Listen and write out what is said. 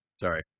Sorry